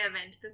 event